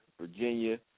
Virginia